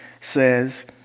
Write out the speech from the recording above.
says